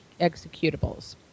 executables